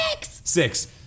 Six